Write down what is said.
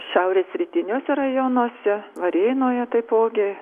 šiaurės rytiniuose rajonuose varėnoje taipogi